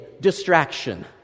distraction